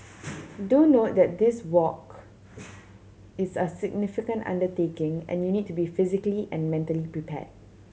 do note that this walk is a significant undertaking and you need to be physically and mentally prepared